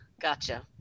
Gotcha